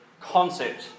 concept